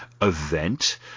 event